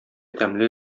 тәмле